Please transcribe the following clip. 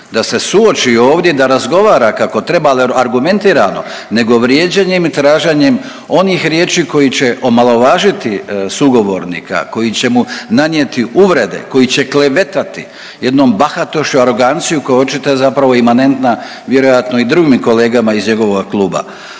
da se suoči ovdje i da razgovara kako treba, ali argumentirano nego vrijeđanjem i traženjem onih riječi koji će omalovažiti sugovornika, koji će mu nanijeti uvrede, koji će klevetati jednom bahatošću i aroganciju koja je očito zapravo imanentna vjerojatno i drugim kolegama iz njegovog kluba.